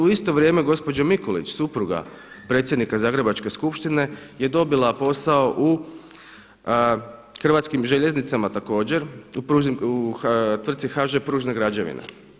U isto vrijeme gospođa Mikulić, supruga predsjednika Zagrebačke skupštine je dobila posao u Hrvatskim željeznicama također u tvrtki HŽ pružne građevine.